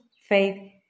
faith